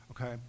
okay